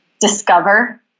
discover